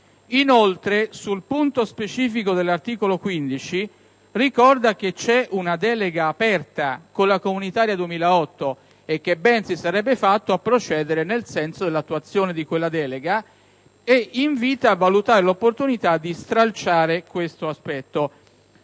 inoltre, sul punto specifico dell'articolo 15, ricorda che c'è una delega aperta con la legge comunitaria 2008, e che ben si sarebbe fatto a procedere nel senso dell'attuazione di quella delega, e invitando a valutare l'opportunità di stralciare dal